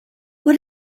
what